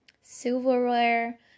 silverware